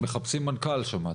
מחפשים מנכ"ל, שמעתי.